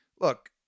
look